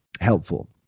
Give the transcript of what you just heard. helpful